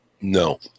No